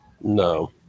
No